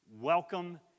welcome